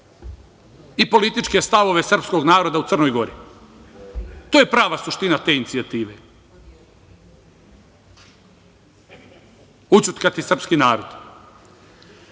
i političke stavove srpskog naroda u Crnoj Gori. To je prava suština te inicijative – ućutkati srpski narod. Kada